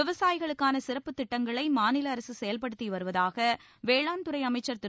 விவசாயிகளுக்கான சிறப்புத் திட்டங்களை மாநில அரசு செயல்படுத்தி வருவதாக வேளாண் துறை அமைச்சர் திரு